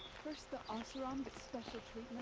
first, the oseram get special